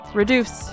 reduce